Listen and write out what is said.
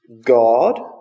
God